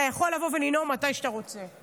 אתה יכול לבוא ולנאום מתי שאתה רוצה.